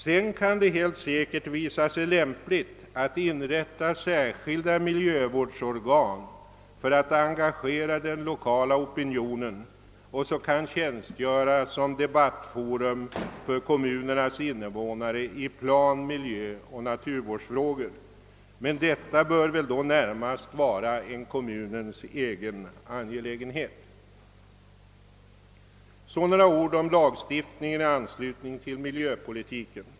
Sedan kan det helt säkert visa sig lämpligt att inrätta särskilda miljövårdsorgan för att engagera jen lokala opinionen och tjänstgöra som debattforum för kommunernas invånare i plan-, miljöoch naturvårdsfrågor, men detta bör väl då närmast vara en kommunens egen angelägenbcet. Så några ord om lagstiftningen i anslutning till miljöpolitiken.